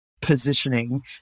positioning